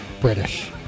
British